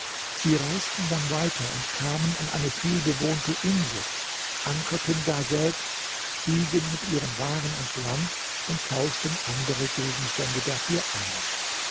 sie reisten dann weiter und kamen an eine vielbewohnte insel ankerten daselbst stiegen mit ihren waren ans land und tauschten andere gegenstände dafür ein